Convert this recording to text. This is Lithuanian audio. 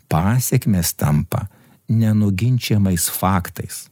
pasekmės tampa nenuginčijamais faktais